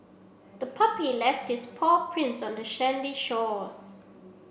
the puppy left its paw prints on the sandy shores